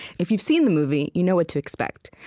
if you've seen the movie, you know what to expect.